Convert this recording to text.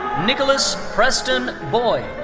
nicholas preston boyd.